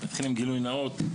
נתחיל מגילוי נאות.